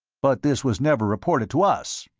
but this was never reported to us.